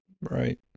right